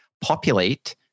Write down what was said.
populate